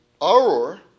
Auror